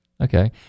Okay